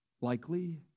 likely